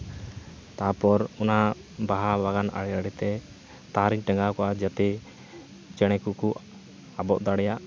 ᱛᱟᱯᱚᱨ ᱚᱱᱟ ᱵᱟᱦᱟ ᱵᱟᱜᱟᱱ ᱟᱲᱮ ᱟᱲᱮ ᱛᱮ ᱛᱟᱨᱮᱧ ᱴᱟᱸᱜᱟᱣ ᱠᱟᱜᱼᱟ ᱡᱟᱛᱮ ᱪᱮᱬᱮ ᱠᱚᱠᱚ ᱟᱵᱚᱜ ᱫᱟᱲᱮᱭᱟᱜ